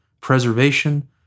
preservation